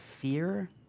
fear